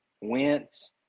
Wentz